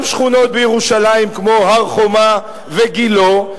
גם שכונות בירושלים כמו הר-חומה וגילה,